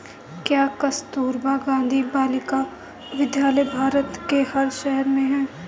क्या कस्तूरबा गांधी बालिका विद्यालय भारत के हर शहर में है?